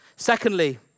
Secondly